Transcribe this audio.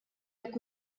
jekk